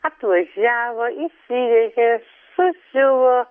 atvažiavo įsivežė susiuvo